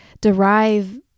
derive